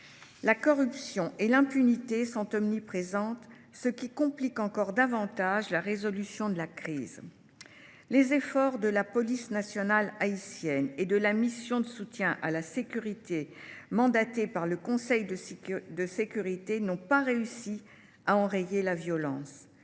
La corruption et l’impunité sont omniprésentes, ce qui complique encore davantage la résolution de la crise. Les efforts de la police nationale haïtienne et de la mission multinationale d’appui à la sécurité mandatée par le Conseil de sécurité des Nations unies n’ont pas réussi à enrayer la violence.